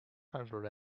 hundred